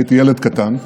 הייתי ילד קטן,